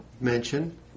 mention